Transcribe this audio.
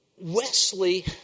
Wesley